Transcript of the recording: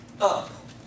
up